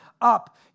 up